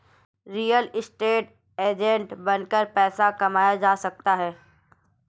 real estate agent बनकर पैसा कमाया जा सकता है